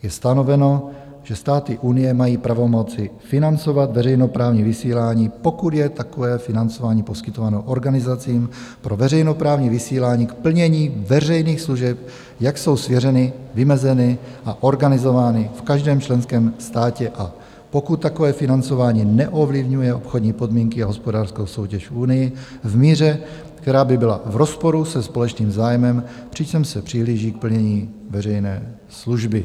Je stanoveno, že státy Unie mají pravomoci financovat veřejnoprávní vysílání, pokud je takové financování poskytováno organizacím pro veřejnoprávní vysílání k plnění veřejných služeb, jak jsou svěřeny, vymezeny a organizovány v každém členském státě, pokud takové financování neovlivňuje obchodní podmínky a hospodářskou soutěž v Unii v míře, která by byla v rozporu se společným zájmem, přičemž se přihlíží k plnění veřejné služby.